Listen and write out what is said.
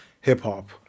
hip-hop